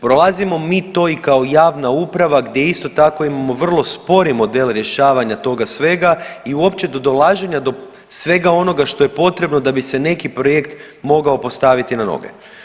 Prolazimo mi to i kao javna uprava gdje isto tako imamo vrlo spore modele rješavanja toga svega i uopće do dolaženja do svega onoga što je potrebno da bi se neki projekt mogao postaviti na noge.